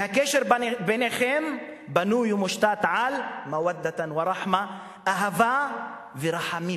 והקשר ביניכם בנוי ומושתת על "מוודתן ורחמה" אהבה ורחמים.